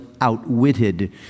outwitted